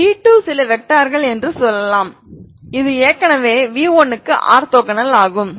v2 சில வெக்டர்கள் என்று சொல்லலாம் இது ஏற்கனவே v1 க்கு ஆர்த்தோகனல் ஆகும்